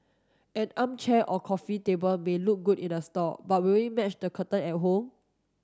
an armchair or coffee table may look good in the store but will it match the curtain at home